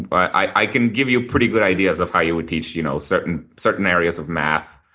but i i can give you pretty good ideas of how you would teach you know certain certain areas of math,